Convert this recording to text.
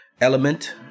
Element